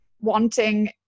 wanting